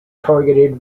targeted